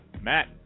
Matt